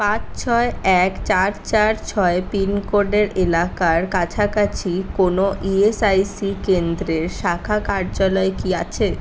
পাঁচ ছয় এক চার চার ছয় পিনকোডের এলাকার কাছাকাছি কোনও ই এস আই সি কেন্দ্রের শাখা কার্যালয় কি আছে